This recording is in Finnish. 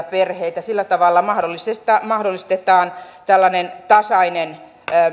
perheitä sillä tavalla mahdollistetaan tällainen tasainen